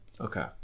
Okay